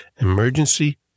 emergency